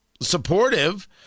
supportive